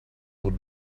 would